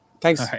Thanks